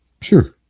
Sure